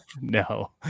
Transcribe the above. no